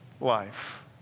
life